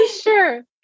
Sure